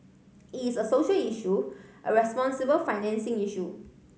it is a social issue a responsible financing issue